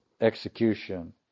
execution